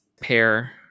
pair